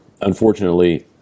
unfortunately